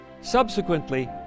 Subsequently